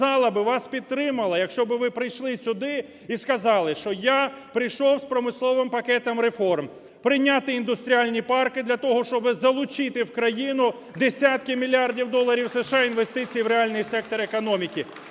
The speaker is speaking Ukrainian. що зала би вас підтримала, якщо би ви прийшли сюди і сказали, що я прийшов з промисловим пакетом реформ - прийняти індустріальні парки для того, щоби залучити в країну десятки мільярдів доларів США інвестицій в реальний сектор економіки.